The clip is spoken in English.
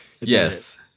Yes